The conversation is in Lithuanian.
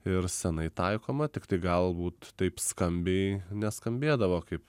ir senai taikoma tiktai galbūt taip skambiai neskambėdavo kaip